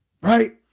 right